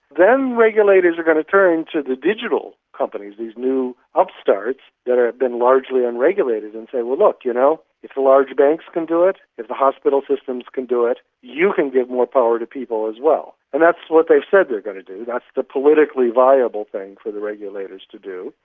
then regulators are going to turn to the digital companies, these new upstarts that have been largely unregulated, and say, look, you know if the large banks can do it, if the hospital systems can do it, you can give more power to people as well. and that's what they've said they're going to do, that's the politically viable thing for the regulators to do,